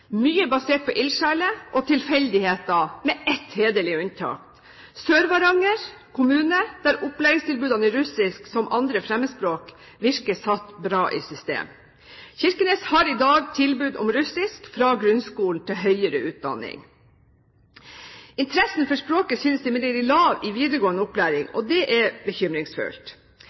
mye basert på ildsjeler og tilfeldigheter, med ett hederlig unntak, nemlig Sør-Varanger kommune, der opplæringstilbudene i russisk som 2. fremmedspråk virker satt bra i system. Kirkenes har i dag tilbud om russisk fra grunnskolen til høyere utdanning. Interessen for språket synes imidlertid lav i videregående opplæring, og det er bekymringsfullt.